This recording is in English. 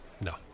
No